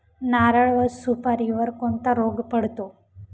नारळ व सुपारीवर कोणता रोग पडतो?